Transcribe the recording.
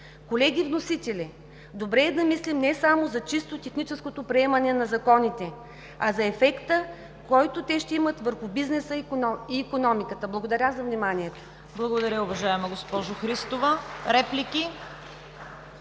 Колеги вносители, добре е да мислим не само за чисто техническото приемане на законите, а за ефекта, който те ще имат върху бизнеса и икономиката. Благодаря за вниманието. (Ръкопляскания от Политическа партия